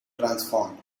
transformed